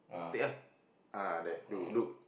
take ah there do do